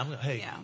Hey